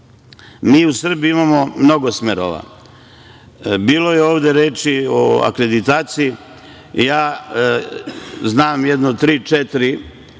u Srbiji imamo mnogo smerova. Bilo je ovde reči o akreditaciji. Znam jedno tri-četiri